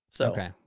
Okay